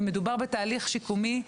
זה מדובר בתהליך שיקומי.